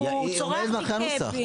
היא עומדת מאחורי הנוסח.